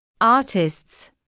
Artists